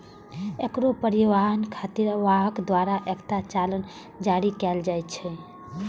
cargo परिवहन खातिर वाहक द्वारा एकटा चालान जारी कैल जाइ छै